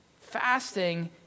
fasting